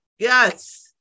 yes